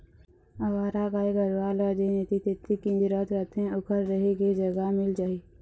अवारा गाय गरूवा ल जेन ऐती तेती किंजरत रथें ओखर रेहे के जगा मिल जाही